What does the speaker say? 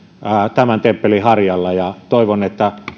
tämän temppelin harjalla ja toivon että